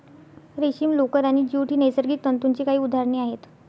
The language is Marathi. रेशीम, लोकर आणि ज्यूट ही नैसर्गिक तंतूंची काही उदाहरणे आहेत